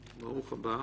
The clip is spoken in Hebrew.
ברוך הבא.